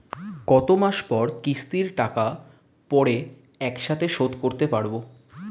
কত মাস পর কিস্তির টাকা পড়ে একসাথে শোধ করতে পারবো?